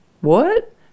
What